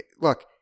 look